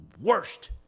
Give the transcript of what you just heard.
worst